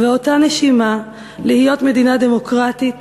ובאותה נשימה להיות מדינה דמוקרטית,